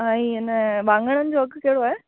ऐं ईअं न वाङणनि जो अघि कहिड़ो आहे